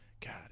God